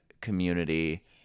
community